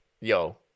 yo